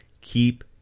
keep